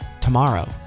tomorrow